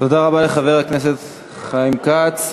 תודה רבה לחבר הכנסת חיים כץ.